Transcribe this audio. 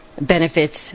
benefits